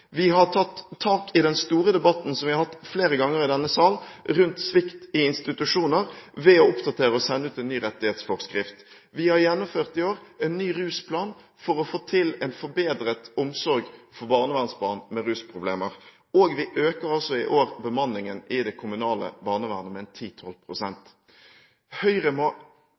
Vi har tatt tak i den store debatten, som vi har hatt flere ganger i denne sal, rundt svikt i institusjoner ved å oppdatere og sende ut en ny rettighetsforskrift. Vi har i år gjennomført en ny rusplan for å få til en forbedret omsorg for barnevernsbarn med rusproblemer. Og i år øker vi altså bemanningen i det kommunale barnevernet med 10–12 pst. Høyre må